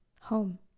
Home